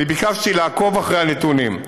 אני ביקשתי לעקוב אחרי הנתונים,